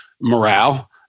morale